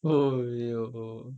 oh yo~ oh